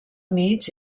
mig